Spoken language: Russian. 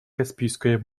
каспийское